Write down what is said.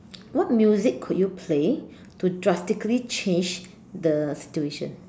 what music could you play to drastically change the situation